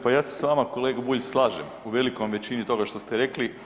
Pa ja se sa vama kolega Bulj slažem u velikoj većini toga što ste rekli.